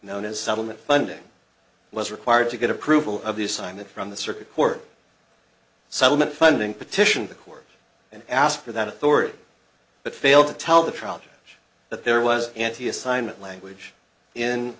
known as settlement funding was required to get approval of the assignment from the circuit court settlement funding petitioned the court and ask for that authority but failed to tell the problem that there was and he assignment language in